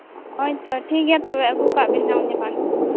ᱦᱳᱭᱛᱳ ᱴᱷᱤᱠᱜᱮᱭᱟ ᱛᱚᱵᱮ ᱟᱹᱜᱩ ᱠᱟᱜ ᱵᱤᱱ ᱱᱟᱜ ᱩᱱ ᱡᱚᱠᱷᱚᱱ